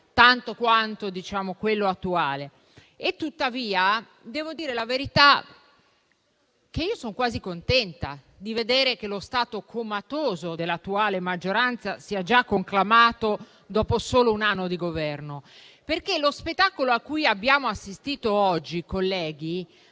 tanto quanto quello attuale. Tuttavia - devo dire la verità - sono quasi contenta di vedere che lo stato comatoso dell’attuale maggioranza sia già conclamato dopo solo un anno di governo. Lo spettacolo a cui abbiamo assistito oggi, colleghi,